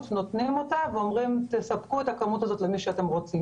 נותנים אותה ואומרים תספקו את הכמות הזאת למי שאתם רוצים.